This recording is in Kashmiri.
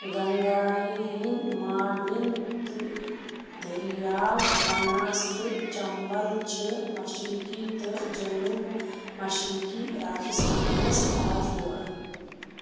گنٛگایہِ ہٕنٛدۍ معاوِن تہٕ دٔریاو بَناس تہٕ چمبل چھِ مشرِقی تہٕ جنوٗب مشرِقی راجستھانس پاز دِوان